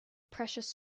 precious